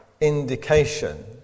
indication